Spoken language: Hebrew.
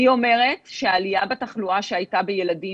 אני אומרת שהעלייה בתחלואה שהייתה בילדים